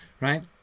Right